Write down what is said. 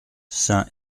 saint